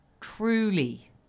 truly